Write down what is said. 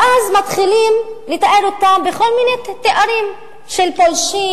ואז מתחילים לתאר אותם בכל מיני תארים של פולשים,